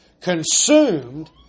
consumed